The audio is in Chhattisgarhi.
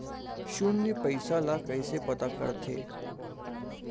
शून्य पईसा ला कइसे पता करथे?